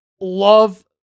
love